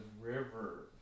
river